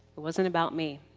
wasn't about me.